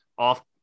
off